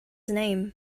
name